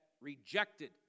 rejected